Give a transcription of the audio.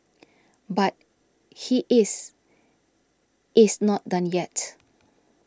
but he is is not done yet